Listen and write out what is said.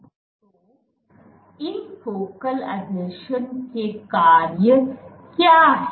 तो इन फोकल आसंजनों के कार्य क्या हैं